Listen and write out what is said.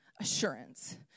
assurance